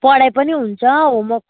पढाइ पनि हुन्छ होमवर्क